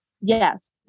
Yes